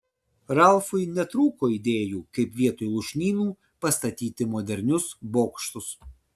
ralfui netrūko idėjų kaip vietoj lūšnynų pastatyti modernius bokštus